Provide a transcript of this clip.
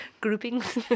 Groupings